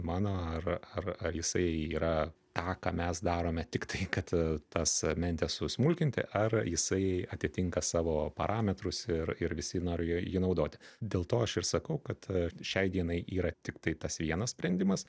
mano ar ar ar jisai yra tą ką mes darome tiktai kad tas mentes susmulkinti ar jisai atitinka savo parametrus ir ir visi nori jį naudoti dėl to aš ir sakau kad šiai dienai yra tiktai tas vienas sprendimas